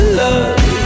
love